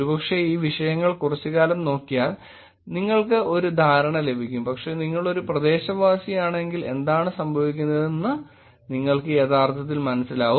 ഒരുപക്ഷേ ഈ വിഷയങ്ങൾ കുറച്ചുകാലം നോക്കിയാൽ നിങ്ങൾക്ക് ഒരു ധാരണ ലഭിക്കും പക്ഷേ നിങ്ങൾ ഒരു പ്രദേശവാസിയാണെങ്കിൽ എന്താണ് സംഭവിക്കുന്നതെന്ന് നിങ്ങൾക്ക് യഥാർത്ഥത്തിൽ മനസ്സിലാകും